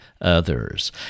others